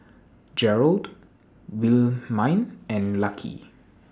Gerard Wilhelmine and Lucky